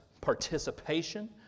participation